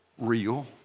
real